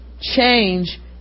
change